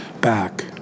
back